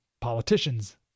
politicians